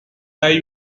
hay